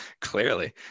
Clearly